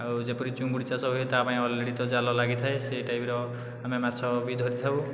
ଆଉ ଯେପରି ଚିଙ୍ଗୁଡ଼ି ଚାଷ ହୁଏ ତା' ପାଇଁ ଅଲ୍ରେଡ଼ି ତ ଜାଲ ଲାଗିଥାଏ ସେହି ଟାଇପ୍ର ଆମେ ମାଛ ବି ଧରିଥାଉ